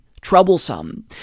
troublesome